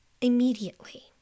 immediately